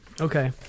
Okay